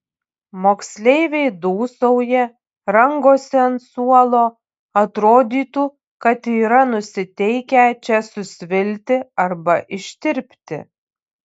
moksleiviai dūsauja rangosi ant suolo atrodytų kad yra nusiteikę čia susvilti arba ištirpti